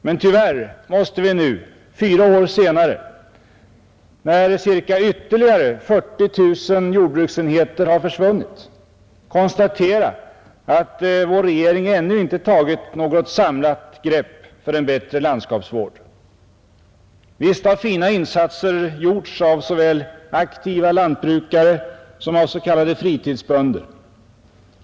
Men tyvärr måste vi nu fyra år senare, när ytterligare ca 40 000 jordbruksenheter har försvunnit, konstatera att vår regering ännu inte tagit något samlat grepp för en bättre landskapsvård. Visst har fina insatser gjorts såväl av aktiva lantbrukare som av s.k. fritidsbönder.